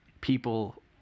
people –